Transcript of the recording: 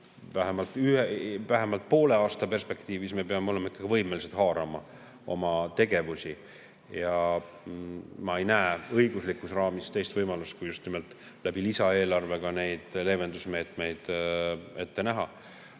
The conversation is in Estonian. Vähemalt poole aasta perspektiivis me peame olema võimelised haarama oma tegevusi ja ma ei näe õiguslikus raamis teist võimalust, kui just nimelt lisaeelarvega leevendusmeetmed ette näha.